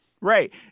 Right